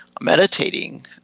Meditating